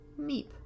meep